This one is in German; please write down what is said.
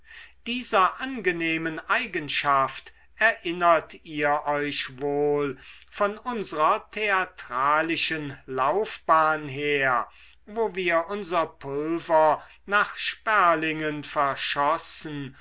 dieser angenehmen eigenschaften erinnert ihr euch wohl von unsrer theatralischen laufbahn her wo wir unser pulver nach sperlingen verschossen